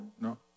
no